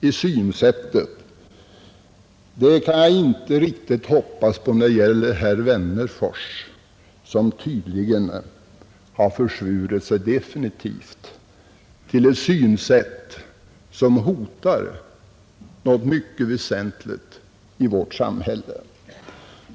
Jag kan inte hoppas på ett nytt synsätt hos herr Wennerfors, som tydligen definitivt har försvurit sig åt ett synsätt som hotar något mycket väsentligt i vårt samhälle.